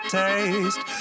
taste